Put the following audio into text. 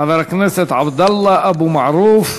חבר הכנסת עבדאללה אבו מערוף.